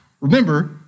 Remember